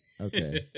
Okay